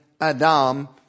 Adam